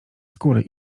skóry